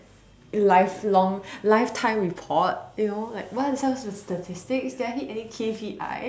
life long lifetime report you know like what are some of the statistics did i hit any K_P_I